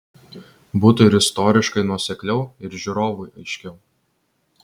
būtų ir istoriškai nuosekliau ir žiūrovui aiškiau